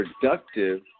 productive